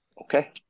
Okay